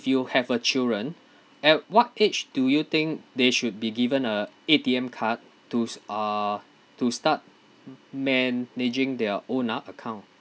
you have a children at what age do you think they should be given a A_T_M card to uh to start managing their own ah account